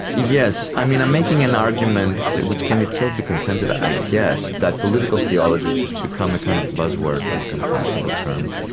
yes, i mean, i'm making an argument which can itself be contended i guess, that political theology which has become a kind of buzzword or a kind of fashionable term.